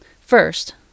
First